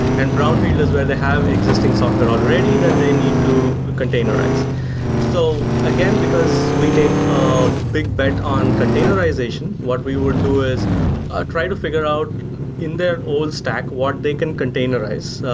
and brown field is where they have existing software already that they need to containerize so again, because we take a big bet on containerization, what we would do is ah try to figure out in their old stack what they can containerize.